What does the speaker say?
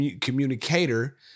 communicator